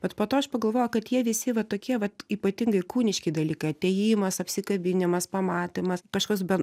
bet po to aš pagalvojau kad jie visi vat tokie vat ypatingai kūniški dalykai atėjimas apsikabinimas pamatymas kažkas be